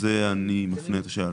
אני לא יודע.